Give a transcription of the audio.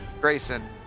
Grayson